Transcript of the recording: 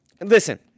Listen